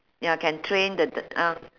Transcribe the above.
ya can train the the uh